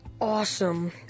awesome